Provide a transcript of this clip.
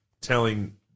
telling